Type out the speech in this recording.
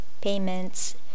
payments